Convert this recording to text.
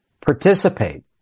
Participate